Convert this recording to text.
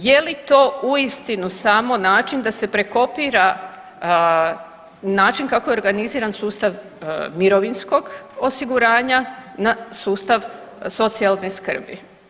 Je li to uistinu samo način da se prekopira, način kako je organiziran sustav mirovinskog osiguranja na sustav socijalne skrbi?